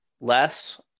less